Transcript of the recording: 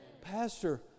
Pastor